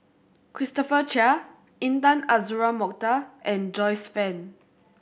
Christopher Chia Intan Azura Mokhtar and Joyce Fan